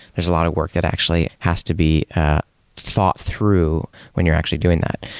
there's a lot of work that actually has to be thought through when you're actually doing that.